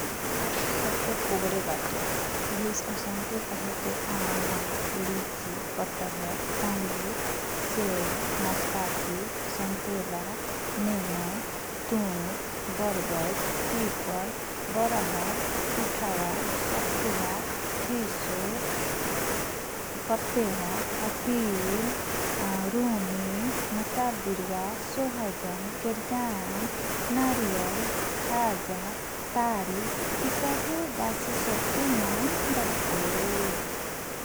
गाछी सब तह पोगरे बाटे । उहे अउसन्के कहेके आम, लीचि, कटहर, अंगुर, सेव, नस्पाती, सन्तोला, नेमो, तुत, बर्गज, पिपल, बरहर, पिठवा, सखुवा, सिसो, पतेया, अपिल, रुनी, मसाल बिरुवा, सोहजन, केरजान, नारियल, खाजा तारी इसभे गासी सबके नामबाटे ।